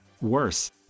Worse